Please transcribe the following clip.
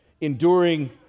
enduring